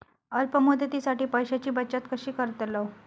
अल्प मुदतीसाठी पैशांची बचत कशी करतलव?